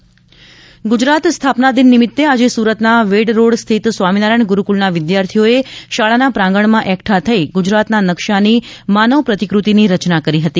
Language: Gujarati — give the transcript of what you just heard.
ગુજરાત સ્થાપના દિવસ સુરત ગુજરાત સ્થાપના દિન નિમિત્તે આજે સુરતના વેડ રોડ સ્થિત સ્વામિનારાયણ ગુરૂકુળના વિદ્યાર્થીઓએ શાળાના પ્રાંગણમાં એકઠા થઇ ગુજરાતના નકશાની માનવ પ્રતિકૃતિની રચના કરી હતી